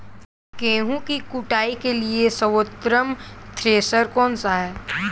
गेहूँ की कुटाई के लिए सर्वोत्तम थ्रेसर कौनसा है?